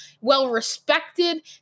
well-respected